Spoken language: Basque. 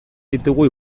ditugu